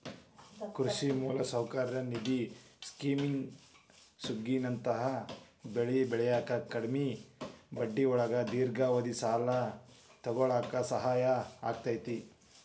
ಕೃಷಿ ಮೂಲಸೌಕರ್ಯ ನಿಧಿ ಸ್ಕಿಮ್ನಿಂದ ಸುಗ್ಗಿನಂತರದ ಬೆಳಿ ಬೆಳ್ಯಾಕ ಕಡಿಮಿ ಬಡ್ಡಿಯೊಳಗ ದೇರ್ಘಾವಧಿ ಸಾಲ ತೊಗೋಳಾಕ ಸಹಾಯ ಆಕ್ಕೆತಿ